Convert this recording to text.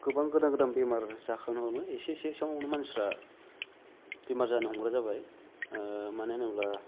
गोबां गोदान गोदान बेमार जाखांनो हमो एसे एसेआवनो मानसिफ्रा बेमार जानो हमग्रा जाबाय मानो होनोब्ला